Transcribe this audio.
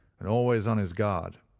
and always on his guard.